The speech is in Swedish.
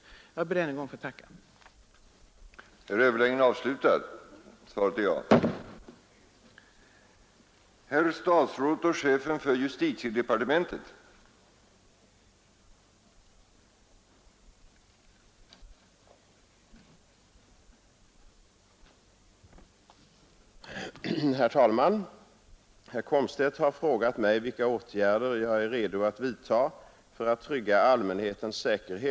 Jag ber än en gång att få tacka för svaret.